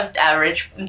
average